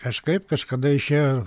kažkaip kažkada išėjo